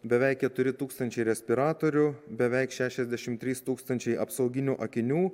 beveik keturi tūkstančiai respiratorių beveik šešiasdešim trys tūkstančiai apsauginių akinių